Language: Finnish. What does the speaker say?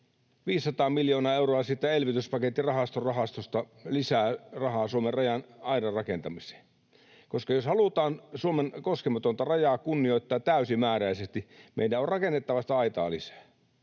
500 miljoonaa euroa siitä elvytyspaketin rahastosta lisää rahaa Suomen raja-aidan rakentamiseen, koska jos halutaan Suomen koskematonta rajaa kunnioittaa täysimääräisesti, meidän on rakennettava sitä aitaa lisää.